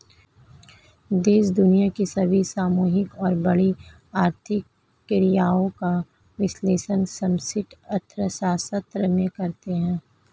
देश दुनिया की सभी सामूहिक और बड़ी आर्थिक क्रियाओं का विश्लेषण समष्टि अर्थशास्त्र में करते हैं